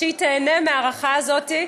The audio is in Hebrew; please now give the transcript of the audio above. שהיא תיהנה מההארכה הזאת,